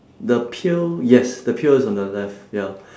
the pail yes the pail is on the left ya